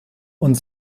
und